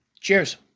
Cheers